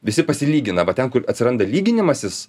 visi pasilygina va ten kur atsiranda lyginimasis